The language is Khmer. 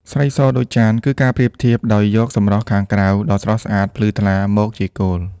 ស្រីសដូចចាន គឺការប្រៀបធៀបដោយយកសម្រស់ខាងក្រៅដ៏ស្រស់ស្អាត ភ្លឺថ្លា មកជាគោល។